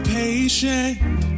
patient